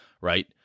right